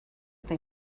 eta